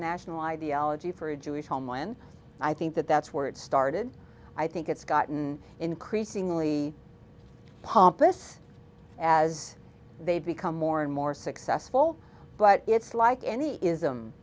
national ideology for a jewish homeland i think that that's where it started i think it's gotten increasingly pompous as they become more and more successful but it's like any is